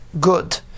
good